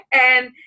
And-